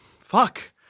Fuck